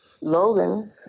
Logan